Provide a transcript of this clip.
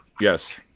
Yes